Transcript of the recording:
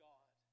God